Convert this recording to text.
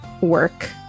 work